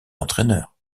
entraîneur